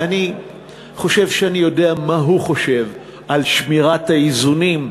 ואני חושב שאני יודע מה הוא חושב על שמירת האיזונים,